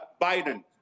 Biden